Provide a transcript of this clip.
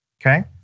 okay